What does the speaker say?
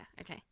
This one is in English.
Okay